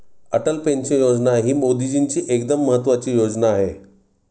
Atal pension योजना ही मोदीजींची एकदम महत्त्वाची योजना आहे